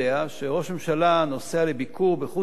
כשראש הממשלה נוסע לביקור בחוץ-לארץ,